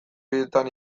horietan